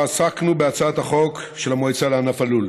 עסקנו בהצעת החוק של המועצה לענף הלול.